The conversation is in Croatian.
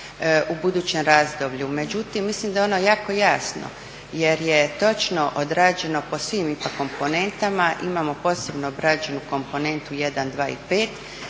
u budućem razdoblju. Međutim, mislim da je ono jako jasno jer je točno odrađeno po svim IPA komponentama. Imamo posebno obrađenu komponentu 1, 2 i 5